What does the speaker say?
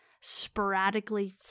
sporadically